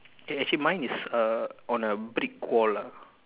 eh actually mine is uh on a brick wall ah